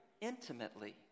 intimately